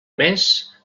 més